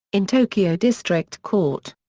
in tokyo district court.